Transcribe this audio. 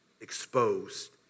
exposed